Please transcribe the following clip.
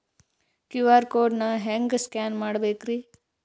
QR code ನಾ ಹೆಂಗ scan ಮಾಡಬೇಕ್ರಿ?